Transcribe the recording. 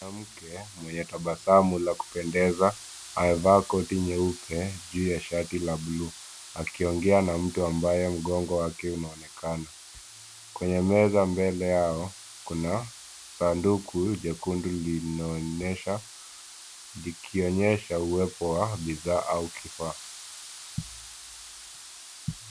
Mwanamke mwenye tabasamu la kupendeza amevaa koti nyeupe juu ya shati la bluu akiongea na mtu ambaye mgongo wake unaonekana. Kwenye meza mbele yao kuna sanduku lekundu linaonyesha uwepo wa bidhaa au kifaa.